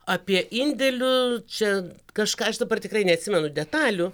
apie indėlių čia kažką aš dabar tikrai neatsimenu detalių